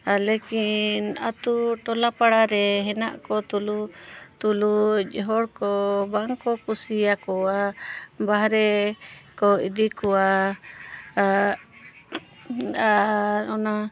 ᱞᱮᱠᱤᱱ ᱟᱛᱳ ᱴᱚᱞᱟ ᱯᱟᱲᱟᱨᱮ ᱦᱮᱱᱟᱜ ᱠᱚ ᱛᱩᱞᱩᱡ ᱛᱩᱞᱩᱡ ᱦᱚᱲ ᱠᱚ ᱵᱟᱝ ᱠᱚ ᱠᱩᱥᱤᱭᱟᱠᱚᱣᱟ ᱵᱟᱦᱨᱮ ᱠᱚ ᱤᱫᱤ ᱠᱚᱣᱟ ᱟᱨ ᱚᱱᱟ